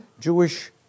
Jewish